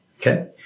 okay